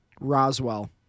Roswell